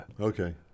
Okay